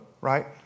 right